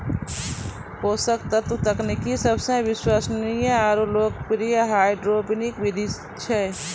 पोषक तत्व तकनीक सबसे विश्वसनीय आरु लोकप्रिय हाइड्रोपोनिक विधि छै